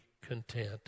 content